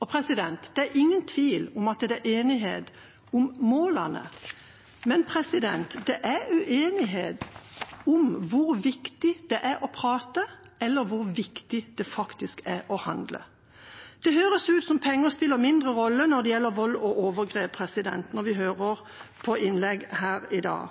den planen. Det er ingen tvil om at det er enighet om målene, men det er uenighet om hvor viktig det er å prate, og hvor viktig det er å handle. Det høres ut som om penger spiller mindre rolle når det gjelder vold og overgrep, når vi hører på innlegg her i dag.